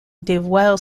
dévoile